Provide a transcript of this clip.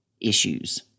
issues